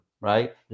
Right